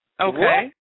Okay